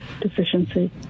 deficiency